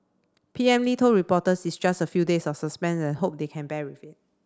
P M Lee told reporters it's just a few days of suspense and hope they can bear with it